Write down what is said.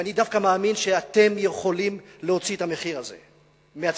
ואני דווקא מאמין שאתם יכולים להוציא את המחיר הזה מהציבור.